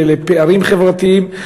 לפערים חברתיים,